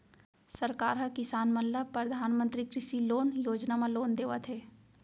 सरकार ह किसान मन ल परधानमंतरी कृषि लोन योजना म लोन देवत हे